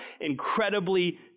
incredibly